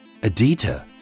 Adita